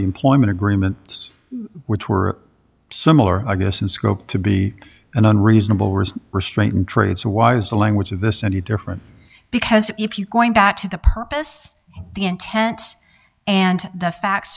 the employment agreements which were similar i guess in scope to be an unreasonable risk restraint in trade so why is the language of this any different because if you're going back to the purpose the intent and the facts